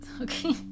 Okay